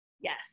Yes